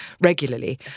regularly